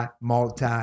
multi